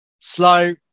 slow